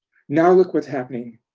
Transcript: now look what's happening.